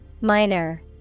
minor